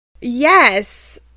Yes